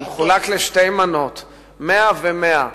זה מחולק לשתי מנות, 100 ו-100.